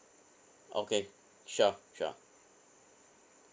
okay sure sure